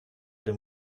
dem